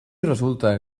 resulta